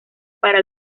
para